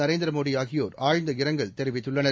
நரேந்திரமோடிஆகியோர்ஆழ்ந்தஇரங்கல்தெரிவித்துள்ளார்